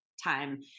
time